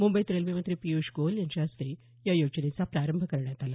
मुंबईत रेल्वे मंत्री पियुष गोयल यांच्या हस्ते या योजनेचा प्रारंभ करण्यात आला